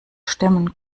stemmen